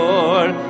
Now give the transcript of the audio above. Lord